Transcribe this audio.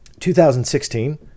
2016